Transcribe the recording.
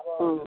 अँ